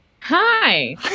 Hi